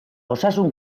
osasun